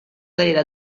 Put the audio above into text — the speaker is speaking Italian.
carriera